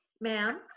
ma'am